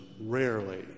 rarely